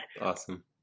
awesome